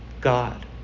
God